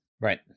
Right